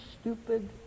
stupid